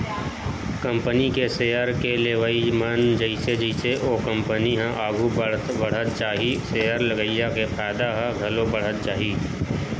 company के share के लेवई म जइसे जइसे ओ कंपनी ह आघू बड़हत जाही सेयर लगइया के फायदा ह घलो बड़हत जाही